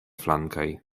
flankaj